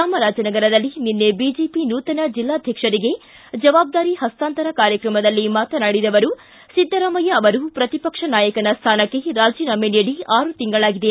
ಚಾಮರಾಜನಗರದಲ್ಲಿ ನಿನ್ನೆ ಬಿಜೆಪಿ ನೂತನ ಜಿಲ್ಲಾಧ್ವಕ್ಷರಿಗೆ ಜವಾಬ್ದಾರಿ ಪಸ್ತಾಂತರ ಕಾರ್ಯಕ್ರಮದಲ್ಲಿ ಮಾತನಾಡಿದ ಅವರು ಸಿದ್ದರಾಮಯ್ಯ ಅವರು ಪ್ರತಿಪಕ್ಷ ನಾಯಕನ ಸ್ಥಾನಕ್ಕೆ ರಾಜೀನಾಮ ನೀಡಿ ಆರು ತಿಂಗಳಾಗಿದೆ